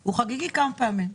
הוא חגיגי כמה פעמים.